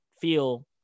feel